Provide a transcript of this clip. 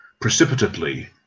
precipitately